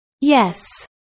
Yes